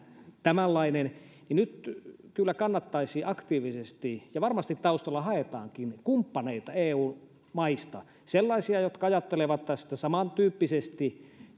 tämänlainen niin nyt kyllä kannattaisi aktiivisesti hakea ja varmasti taustalla haetaankin kumppaneita eu maista sellaisia jotka ajattelevat tästä samantyyppisesti